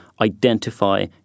identify